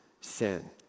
sin